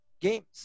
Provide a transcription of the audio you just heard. games